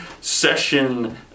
session